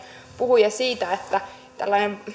puhuja siitä että tällainen